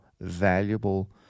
valuable